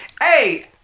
Hey